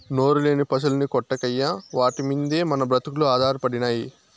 నోరులేని పశుల్ని కొట్టకయ్యా వాటి మిందే మన బ్రతుకులు ఆధారపడినై